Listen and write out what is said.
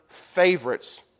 favorites